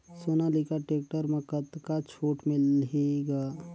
Sonalika tractor म कतका छूट मिलही ग?